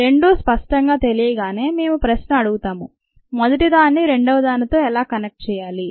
రెండూ స్పష్టంగా తెలియగానే మేము ప్రశ్న అడుగుతాము మొదటిదాన్ని రెండవ దానితో ఎలా కనెక్ట్ చేయాలి